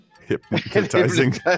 hypnotizing